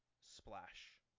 splash